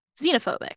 xenophobic